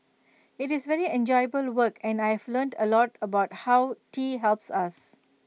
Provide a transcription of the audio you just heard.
IT is very enjoyable work and I've learnt A lot about how tea helps us